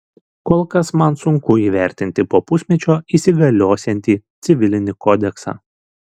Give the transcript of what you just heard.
kol kas man sunku įvertinti po pusmečio įsigaliosiantį civilinį kodeksą